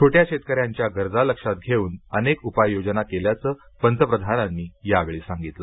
छोट्या शेतकऱ्यांच्या गरजा लक्षात घेऊन अनेक उपाययोजना केल्याचं पंतप्रधानांनी यावेळी सांगितलं